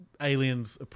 Aliens